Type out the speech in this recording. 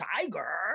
Tiger